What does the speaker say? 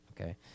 Okay